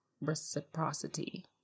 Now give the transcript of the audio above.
reciprocity